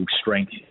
strength